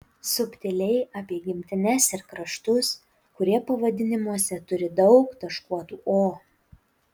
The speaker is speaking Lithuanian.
subtiliai apie gimtines ir kraštus kurie pavadinimuose turi daug taškuotų o